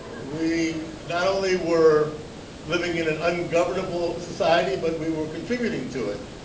we not only were living in an ungovernable society, but we were contributing to it,